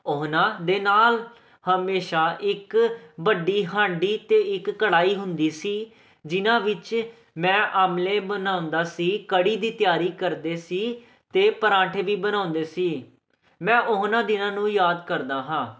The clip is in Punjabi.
ਉਹਨਾਂ ਦੇ ਨਾਲ ਹਮੇਸ਼ਾ ਇੱਕ ਵੱਡੀ ਹਾਂਡੀ ਅਤੇ ਇੱਕ ਕੜਾਹੀ ਹੁੰਦੀ ਸੀ ਜਿਨ੍ਹਾਂ ਵਿੱਚ ਮੈਂ ਆਮਲੇ ਬਣਾਉਂਦਾ ਸੀ ਕੜੀ ਦੀ ਤਿਆਰੀ ਕਰਦੇ ਸੀ ਅਤੇ ਪਰਾਂਠੇ ਵੀ ਬਣਾਉਂਦੇ ਸੀ ਮੈਂ ਉਹਨਾਂ ਦਿਨਾਂ ਨੂੰ ਯਾਦ ਕਰਦਾ ਹਾਂ